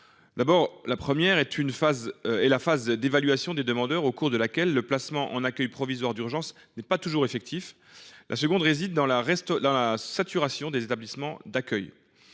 : la première est la phase d’évaluation des demandeurs, au cours de laquelle le placement en accueil provisoire d’urgence n’est pas toujours effectif ; la seconde réside dans la saturation des établissements d’accueil.